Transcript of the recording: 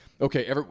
okay